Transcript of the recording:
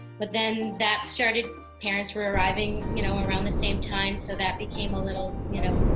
but then that started parents were arriving you know around the same time so that became a little you know